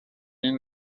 این